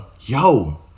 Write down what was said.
yo